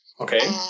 okay